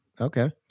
Okay